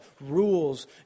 rules